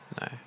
No